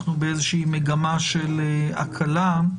אנחנו באיזושהי מגמה של הקלה.